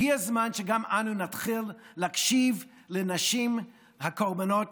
הגיע הזמן שגם אנו נתחיל להקשיב לנשים הקורבנות